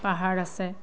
পাহাৰ আছে